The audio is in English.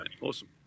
Awesome